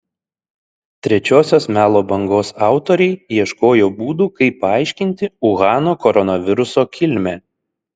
trečiosios melo bangos autoriai ieškojo būdų kaip paaiškinti uhano koronaviruso kilmę